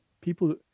people